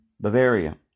Bavaria